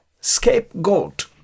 scapegoat